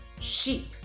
sheep